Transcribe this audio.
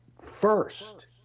First